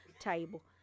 table